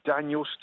Daniel